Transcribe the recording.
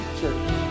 Church